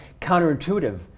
counterintuitive